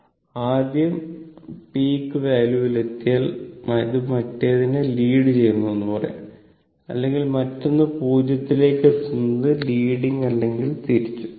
അത് ആദ്യം പീക്ക് വാല്യൂവിൽ എത്തിയാൽ അത് മറ്റേതിനെ ലീഡ് ചെയ്യുന്നു എന്ന് പറയാം അല്ലെങ്കിൽ മറ്റൊന്ന് 0 ലേക്ക് എത്തുന്നത് ലീഡിംഗ് അല്ലെങ്കിൽ തിരിച്ചും